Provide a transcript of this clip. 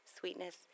sweetness